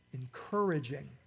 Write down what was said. encouraging